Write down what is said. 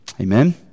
Amen